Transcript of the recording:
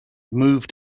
moved